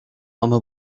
home